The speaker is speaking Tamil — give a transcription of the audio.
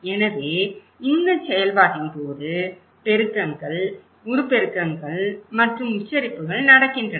எனவே இந்தச் செயல்பாட்டின் போது பெருக்கங்கள் உருப்பெருக்கங்கள் மற்றும் உச்சரிப்புகள் நடக்கின்றன